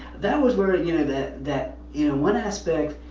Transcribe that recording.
that was where, ah you know, that that you know one aspect,